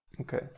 Okay